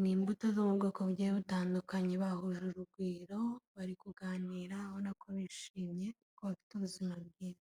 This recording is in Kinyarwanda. n'ibuto zo mu bwoko bugiye butandukanye, bahuje urugwiro bari kuganira ubonako bishimiyemye ko bafite ubuzima bwiza.